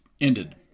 ended